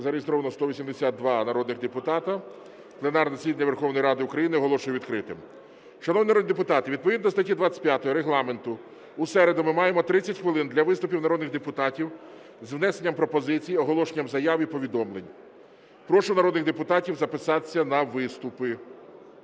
зареєстровано 182 народні депутати. Пленарне засідання Верховної Ради України оголошую відкритим. Шановні народні депутати, відповідно до статті 25 Регламенту в середу ми маємо 30 хвилин для виступів народних депутатів з внесенням пропозицій, оголошенням заяв і повідомлень. Прошу народних депутатів записатися на виступи.